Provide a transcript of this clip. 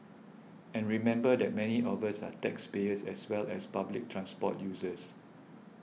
and remember that many of us are taxpayers as well as public transport users